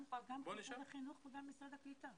גם משרד החינוך וגם משרד הקליטה.